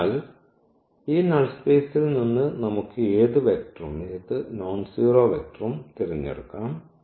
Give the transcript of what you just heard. അതിനാൽ ഈ നൾ സ്പേസിൽ നിന്ന് നമുക്ക് ഏത് വെക്റ്ററും നോൺസീറോ വെക്റ്ററും തിരഞ്ഞെടുക്കാം